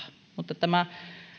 mutta